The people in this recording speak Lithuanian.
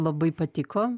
labai patiko